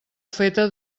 feta